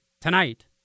tonight